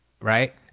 right